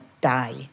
die